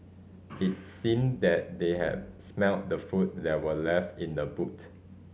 it seemed that they had smelt the food that were left in the boot